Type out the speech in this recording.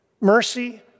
Mercy